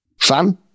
Fun